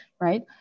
right